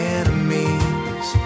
enemies